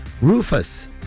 Rufus